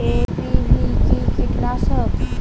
NPV কি কীটনাশক?